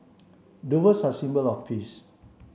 doves are a symbol of peace